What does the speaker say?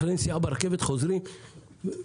אחרי נסיעה ברכבת חוזרים ומודים.